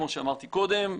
כמו שאמרתי קודם.